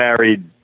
married